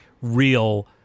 real